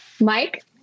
mike